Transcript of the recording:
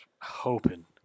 hoping